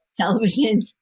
television